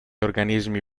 organismi